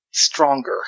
stronger